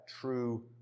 true